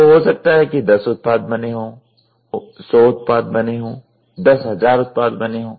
तो हो सकता है कि 10 उत्पाद बने हों 100 उत्पाद बने हों 10000 उत्पाद बने हों